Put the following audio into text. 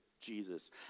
Jesus